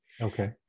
Okay